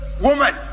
woman